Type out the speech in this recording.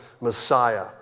Messiah